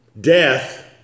Death